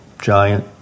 giant